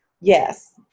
Yes